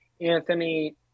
Anthony